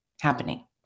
happening